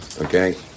okay